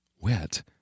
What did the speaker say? Wet